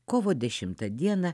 kovo dešimtą dieną